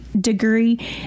degree